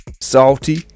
salty